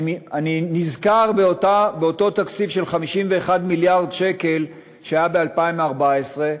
אני נזכר באותו תקציב של 51 מיליארד שקל שהיה ב-2014.